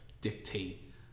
dictate